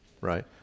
right